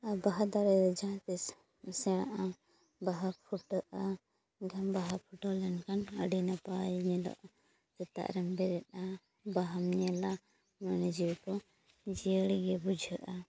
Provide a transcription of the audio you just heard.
ᱟᱨ ᱵᱟᱦᱟ ᱫᱟᱨᱮᱫᱚ ᱡᱟᱦᱟᱸᱛᱤᱥ ᱥᱮᱬᱟᱜᱼᱟ ᱵᱟᱦᱟ ᱯᱷᱩᱴᱟᱹᱜᱼᱟ ᱮᱱᱠᱷᱟᱱ ᱵᱟᱦᱟ ᱯᱷᱩᱴᱟᱹᱣ ᱞᱮᱱᱠᱷᱟᱱ ᱟᱹᱰᱤ ᱱᱟᱯᱟᱭ ᱧᱮᱞᱚᱜᱼᱟ ᱥᱮᱛᱟᱜᱨᱮᱢ ᱵᱮᱨᱮᱫᱼᱟ ᱵᱟᱦᱟᱢ ᱧᱮᱞᱟ ᱢᱚᱱᱮ ᱡᱤᱣᱤᱠᱚ ᱡᱤᱭᱟᱹᱲ ᱜᱮ ᱵᱩᱡᱷᱟᱹᱜᱼᱟ